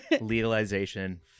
legalization